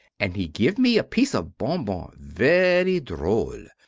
and he give me a piece of bonbon very droll.